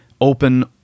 open